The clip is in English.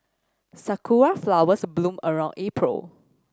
sakura flowers bloom around April